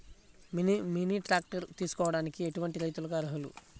Mini tractor తీసుకోవడానికి ఎటువంటి రైతులకి అర్హులు?